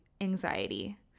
anxiety